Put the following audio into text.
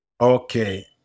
Okay